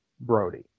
Brody